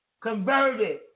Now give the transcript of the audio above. converted